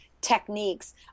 techniques